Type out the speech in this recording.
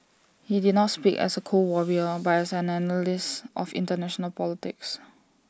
he did not speak as A cold Warrior but as an analyst of International politics